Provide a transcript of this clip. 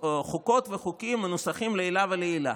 חוקות וחוקים המנוסחים לעילא ולעילא.